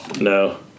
no